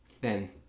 thin